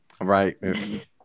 Right